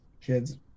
kids